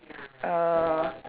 uh